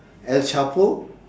el chapo